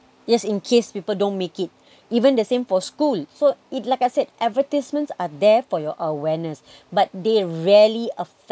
yes in case people don't make it even the same for school so it like I said advertisements are there for your awareness but they rarely affect